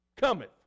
cometh